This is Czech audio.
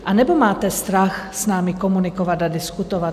Anebo máte strach s námi komunikovat a diskutovat?